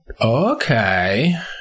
Okay